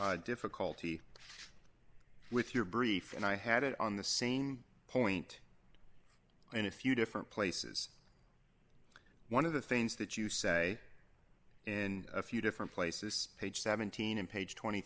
difficulty with your brief and i had it on the same point in a few different places one of the things that you say in a few different places page seventeen and page twenty